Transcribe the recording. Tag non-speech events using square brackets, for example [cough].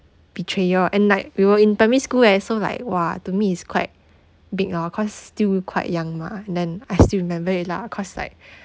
betrayal and like we were in primary school eh so like !wah! to me it's quite big orh cause still quite young mah and then I still remember it lah cause like [breath]